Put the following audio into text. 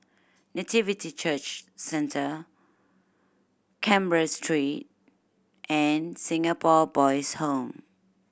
Nativity Church Centre Canberra Street and Singapore Boys' Home